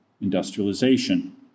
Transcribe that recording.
industrialization